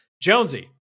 Jonesy